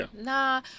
nah